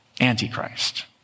Antichrist